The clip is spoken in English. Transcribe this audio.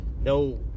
no